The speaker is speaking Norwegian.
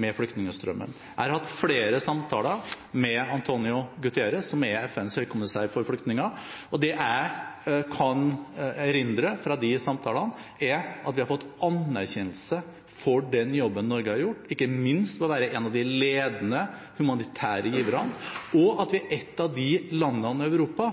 med flyktningstrømmen. Jeg har hatt flere samtaler med António Guterres, som er FNs høykommissær for flyktninger, og det jeg kan erindre fra de samtalene, er at vi har fått anerkjennelse for den jobben Norge har gjort, ikke minst ved å være en av de ledende humanitære giverne, og at vi er et av de landene i Europa